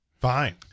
Fine